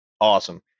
Awesome